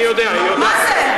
אני יודע, אני יודע.